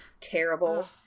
terrible